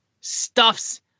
stuffs